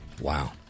Wow